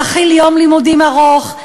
להחיל יום לימודים ארוך,